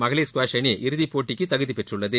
மகளிர் ஸ்குவாஷ் அணி இறுதிப் போட்டிக்கு தகுதிபெற்றுள்ளது